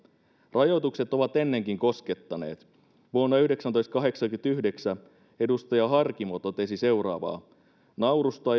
rajoitukset ovat ennenkin koskettaneet vuonna tuhatyhdeksänsataakahdeksankymmentäyhdeksän edustaja harkimo totesi seuraavaa naurusta